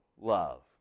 love